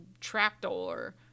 trapdoor